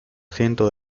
ciento